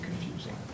confusing